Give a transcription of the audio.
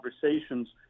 conversations